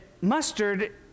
mustard